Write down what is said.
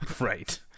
Right